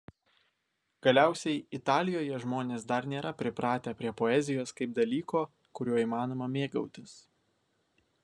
galiausiai italijoje žmonės dar nėra pripratę prie poezijos kaip dalyko kuriuo įmanoma mėgautis